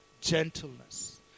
gentleness